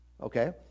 okay